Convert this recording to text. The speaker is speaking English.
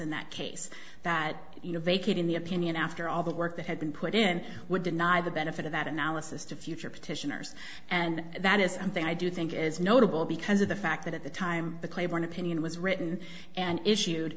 in that case that you vacating the opinion after all the work that had been put in would deny the benefit of that analysis to future petitioners and that is something i do think is notable because of the fact that at the time the claiborne opinion was written and issued